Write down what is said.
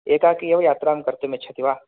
एकाकी एव यात्रां कर्तुमिच्छति वा